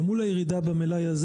למול הירידה הזו במלאי,